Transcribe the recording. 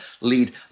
lead